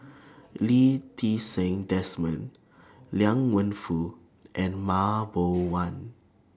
Lee Ti Seng Desmond Liang Wenfu and Mah Bow